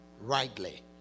Rightly